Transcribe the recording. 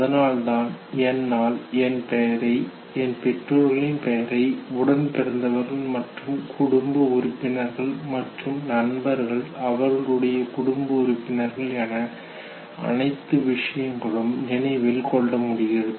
அதனால்தான் என்னால் என் பெயரை என் பெற்றோர்களின் பெயரை உடன்பிறந்தவர்கள் மற்றும் குடும்ப உறுப்பினர்களின் மற்றும் நண்பர்கள் அவர்களுடைய குடும்ப உறுப்பினர்கள் என அனைத்து விஷயங்களும் நினைவில் கொள்ளமுடிகிறது